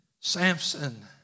Samson